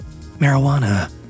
marijuana